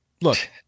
Look